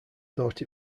thought